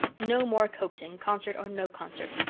no more coaxing, concert or no concert.